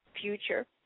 future